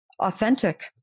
authentic